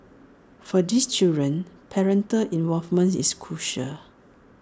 for these children parental involvement is crucial